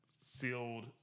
sealed